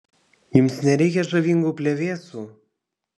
jums nereikia žavingų plevėsų